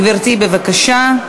גברתי, בבקשה.